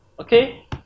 Okay